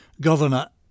Governor